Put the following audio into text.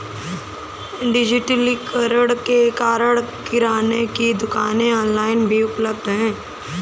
डिजिटलीकरण के कारण किराने की दुकानें ऑनलाइन भी उपलब्ध है